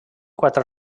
quatre